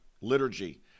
liturgy